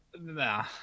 Nah